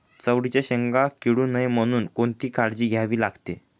चवळीच्या शेंगा किडू नये म्हणून कोणती काळजी घ्यावी लागते?